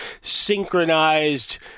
synchronized –